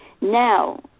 Now